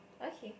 okay